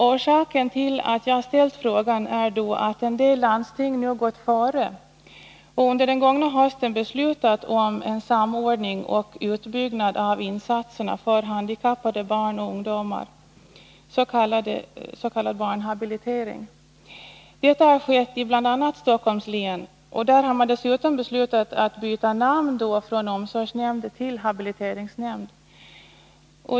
Orsaken till att jag ställt frågan är att en del landsting nu gått före och under den gångna hösten beslutat om en samordning och utbyggnad av insatserna för handikappade barn och ungdomar, s.k. barnhabilitering. Detta har skett bl.a. i Stockholms län, och där har man dessutom beslutat att byta namn från omsorgsnämnd till habiliteringsnämnd.